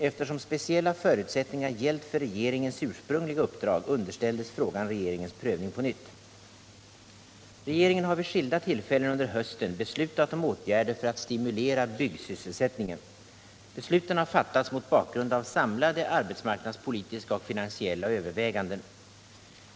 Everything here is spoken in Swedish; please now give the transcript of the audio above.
Eftersom speciella förutsättningar gällt för regeringens ursprungliga uppdrag underställdes frågan regeringens prövning på nytt. Regeringen har vid skilda tillfällen under hösten beslutat om åtgärder för att stimulera byggsysselsättningen. Besluten har fattats mot bakgrund av samlade arbetsmarknadspolitiska och finansiella överväganden.